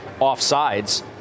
offsides